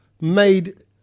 made